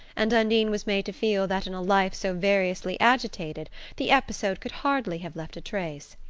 and undine was made to feel that in a life so variously agitated the episode could hardly have left a trace.